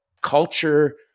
culture